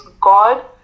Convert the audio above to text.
God